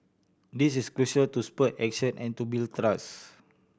this is crucial to spur action and to build trust